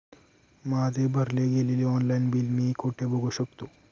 माझे भरले गेलेले ऑनलाईन बिल मी कुठे बघू शकतो?